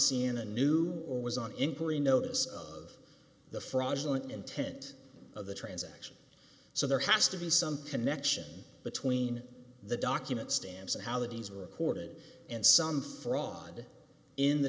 see in a new or was on inquiry notice of the fraudulent intent of the transaction so there has to be some connection between the document stands and how these were reported and some fraud in the